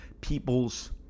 people's